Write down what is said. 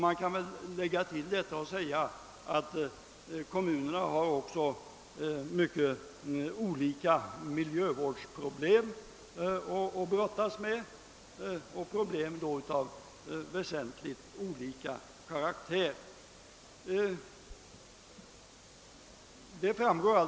Man kan tillägga att kommunerna också har miljövårdsproblem av väsentligt olika karaktär att brottas med.